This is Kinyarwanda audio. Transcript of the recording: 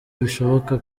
bishoboka